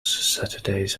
saturdays